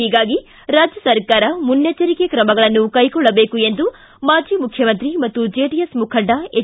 ಹೀಗಾಗಿ ರಾಜ್ಯ ಸರ್ಕಾರ ಮುನ್ನೆಚ್ಚರಿಕಾ ಕ್ರಮಗಳನ್ನು ಕೈಗೊಳ್ಳಬೇಕು ಎಂದು ಮಾಜಿ ಮುಖ್ಯಮಂತ್ರಿ ಮತ್ತು ಜೆಡಿಎಸ್ ಮುಖಂಡ ಎಚ್